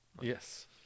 yes